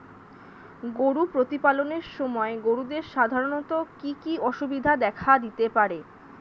গরু প্রতিপালনের সময় গরুদের সাধারণত কি কি অসুবিধা দেখা দিতে পারে?